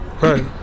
Right